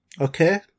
Okay